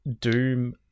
doom